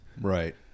right